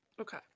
Okay